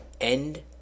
end